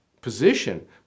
position